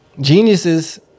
Geniuses